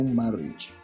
marriage